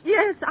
Yes